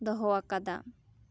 ᱫᱚᱦᱚᱣᱟᱠᱟᱫᱟ